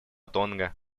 тонга